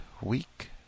week